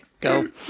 go